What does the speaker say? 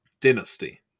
dynasty